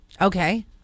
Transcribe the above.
okay